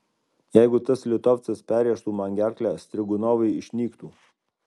jeigu tas litovcas perrėžtų man gerklę strigunovai išnyktų